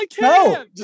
No